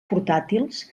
portàtils